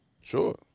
Sure